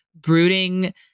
brooding